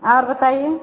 आप बताइये